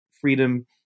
freedom